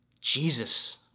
Jesus